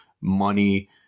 money